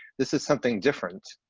this is something different.